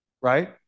Right